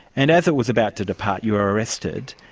and as it was about to depart, you were arrested,